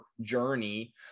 journey